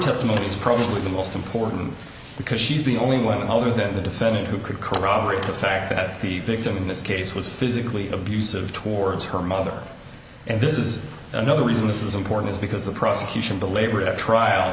testimony is probably the most important because she's the only one over that the defendant who could corroborate the fact that the victim in this case was physically abusive towards her mother and this is another reason this is important is because the prosecution belabored at trial